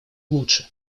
лучше